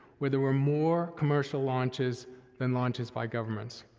where there were more commercial launches than launches by governments,